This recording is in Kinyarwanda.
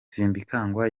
simbikangwa